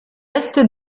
est